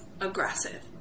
aggressive